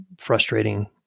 frustrating